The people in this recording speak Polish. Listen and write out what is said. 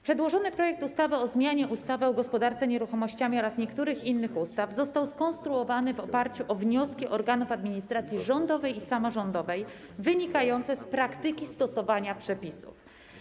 Przedłożony projekt ustawy o zmianie ustawy o gospodarce nieruchomościami oraz niektórych innych ustaw został skonstruowany w oparciu o wnioski organów administracji rządowej i samorządowej wynikające z praktyki stosowania przepisów.